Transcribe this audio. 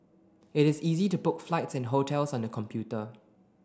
it is easy to book flights and hotels on the computer